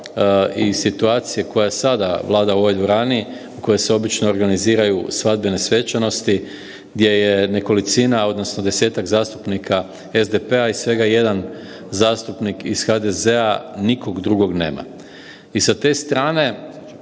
i situacije koja sada vlada u ovoj dvorani u kojoj se obično organiziraju svadbene svečanosti, gdje je nekolicina, odnosno 10-tak zastupnika SDP-a i svega jedan zastupnik iz HDZ-a, nikog drugog nema. I sa te strane